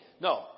No